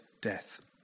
death